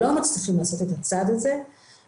לא מצליחים לעשות את הצעד הזה ואנחנו